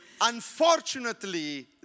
unfortunately